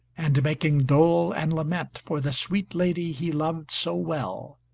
and making dole and lament for the sweet lady he loved so well.